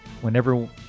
whenever